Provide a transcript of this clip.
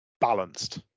balanced